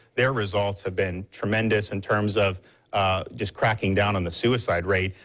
their results have been tremendous in terms of just cracking down on the suicide rate.